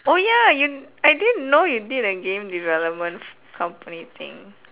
oh ya you I didn't know you did a game development company thing